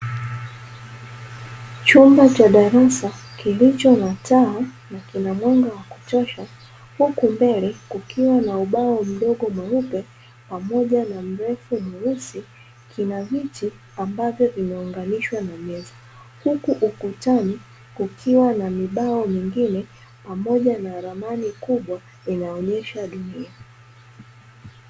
Chumba cha darasa kilicho na taa na kina mwanga wa kutosha huku mbele kukiwa na ubao mdogo mweupe pamoja na mrefu mweusi kinaviti ambavyo vimeunganishwa na meza huku ukutani kukiwa na ubao mwengine pamoja na ramani kubwa inaonyesha dunia.